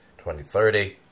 2030